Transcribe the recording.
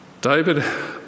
David